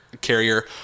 carrier